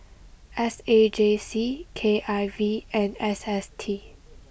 S A J C K I V and S S T